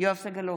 יואב סגלוביץ'